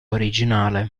originale